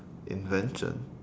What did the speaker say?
invention